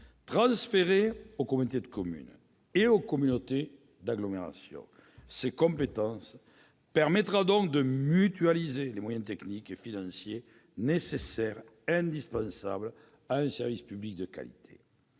Transférer aux communautés de communes et aux communautés d'agglomération ces compétences permettra donc de mutualiser les moyens techniques et financiers indispensables à un service public de qualité.